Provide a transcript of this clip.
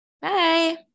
Bye